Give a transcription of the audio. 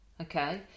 Okay